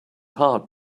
heart